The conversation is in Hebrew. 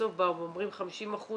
בסוף באו ואומרים 50%